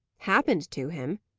happened to him!